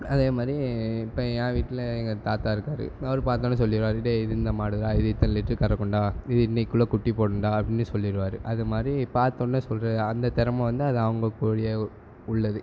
அதேமாதிரி இப்போ என் வீட்டில எங்கள் தாத்தா இருக்கார் அவர் பார்த்தோன்னே சொல்லிடுவார் டே இது இந்த மாடுடா இது இத்தனை லிட்டர் கறக்கும்டா இது இன்றைக்கிக்குள்ள குட்டி போடும்டா அப்படின்னே சொல்லிடுவார் அதுமாதிரி பார்த்தோன்னே சொல்கிற அந்த திறம வந்து அது அவங்ககூடயே உள்ளது